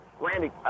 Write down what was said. Randy